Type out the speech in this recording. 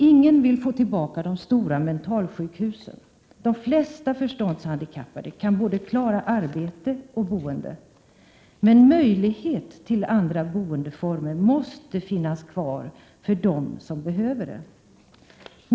Ingen vill få tillbaka de stora mentalsjukhusen. De flesta förståndshandikappade kan klara både arbete och eget boende. Men möjlighet till andra boendeformer måste finnas kvar för dem som behöver det.